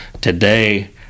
today